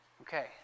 Okay